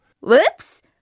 Whoops